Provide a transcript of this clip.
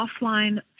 offline